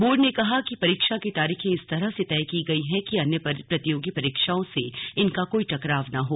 board ने कहा कि परीक्षा की तारीखें इस तरह से तय की गईं हैं कि अन्य प्रतियोगी परीक्षाओं से इनका कोई टकराव न हो